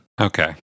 Okay